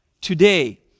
Today